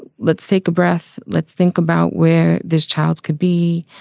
let's take a breath. let's think about where this child's could be.